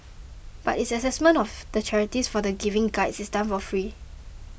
but its assessment of the charities for the Giving Guides is done for free